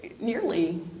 nearly